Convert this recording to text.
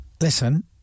listen